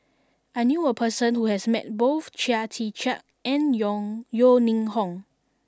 I knew a person who has met both Chia Tee Chiak and Yeo Ning Hong